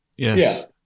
Yes